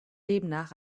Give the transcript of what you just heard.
demnach